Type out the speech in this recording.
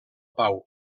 pau